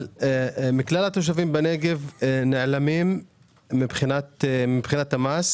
מכלל התושבים בנגב נעלמים מבחינת המס